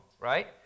right